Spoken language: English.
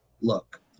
look